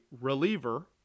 reliever